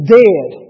dead